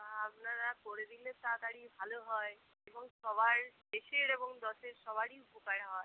আপনারা করে দিলে তাড়াতাড়ি ভালো হয় এবং সবার দেশের এবং দশের সবারই উপকার হয়